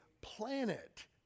planet